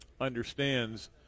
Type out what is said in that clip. understands